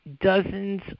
dozens